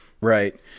Right